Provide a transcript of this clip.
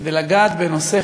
כדי לגעת בנושא,